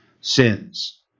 sins